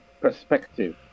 perspective